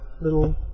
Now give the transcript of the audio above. little